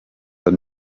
are